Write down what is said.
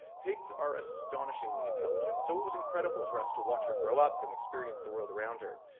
pigs are astonishingly intelligent. so it was incredible for us to watch her grow up and experience the world around her.